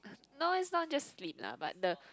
no is not just sleep lah but the